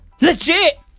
Legit